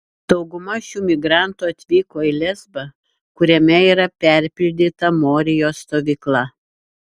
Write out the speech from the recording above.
dauguma šių migrantų atvyko į lesbą kuriame yra perpildyta morijos stovykla